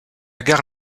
gare